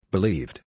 Believed